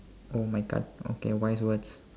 oh my god okay wise words